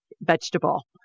vegetable